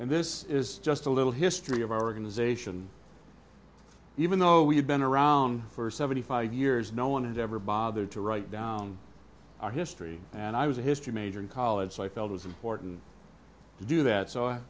and this is just a little history of our organization even though we have been around for seventy five years no one had ever bothered to write down our history and i was a history major in college so i felt was important to do that so i